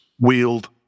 wield